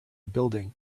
building